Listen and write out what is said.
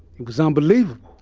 it was unbelievable.